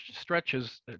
stretches